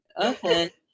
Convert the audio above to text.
okay